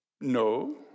No